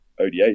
ODH